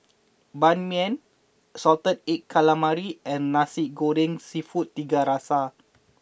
Ban Mian Salted Egg Calamari and Nasi Goreng Seafood Tiga Rasa